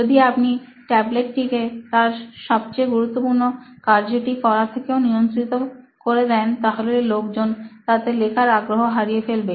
যদি আপনি ট্যাবলেটটিকে তার সবচেয়ে গুরুত্বপূর্ণ কার্যটি করা থেকেও নিয়ন্ত্রিত করে দেন তাহলে লোকজন তাতে লেখার আগ্রহ হারিয়ে ফেলবে